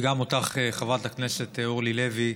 וגם אותך, חברת הכנסת אורלי לוי,